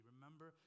Remember